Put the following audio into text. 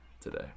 today